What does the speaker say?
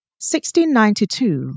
1692